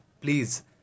please